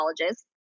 colleges